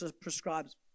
prescribes